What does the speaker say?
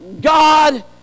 God